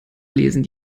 lesen